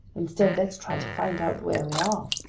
instead, let's try to find out where we are!